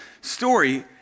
story